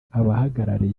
abahagarariye